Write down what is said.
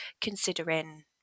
considering